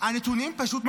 הנתונים פשוט מפחידים: